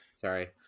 Sorry